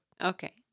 Okay